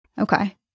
Okay